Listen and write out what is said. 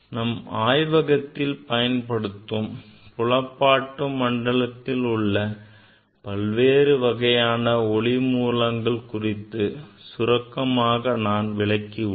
நாம் ஆய்வகத்தில் பயன்படுத்தும் புலப்பாட்டு மண்டலத்தில் உள்ள பல்வேறு வகையான ஒளி மூலங்கள் குறித்து சுருக்கமாக நான் விளக்கியுள்ளேன்